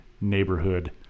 Neighborhood